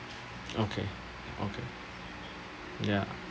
okay okay ya